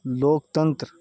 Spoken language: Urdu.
لوک تنتر